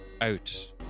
out